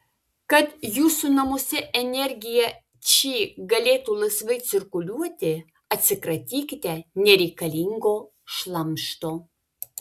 kad jūsų namuose energija či galėtų laisvai cirkuliuoti atsikratykite nereikalingo šlamšto